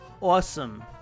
awesome